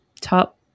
top